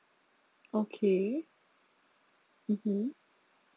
okay mmhmm